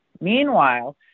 Meanwhile